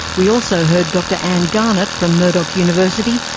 we also heard dr anne garnett from murdoch university,